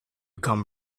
come